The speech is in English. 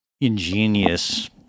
ingenious